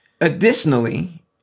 Additionally